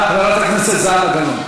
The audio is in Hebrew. לקבל עותק, גם.